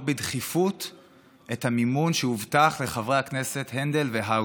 בדחיפות את המימון שהובטח לחברי הכנסת הנדל והאוזר.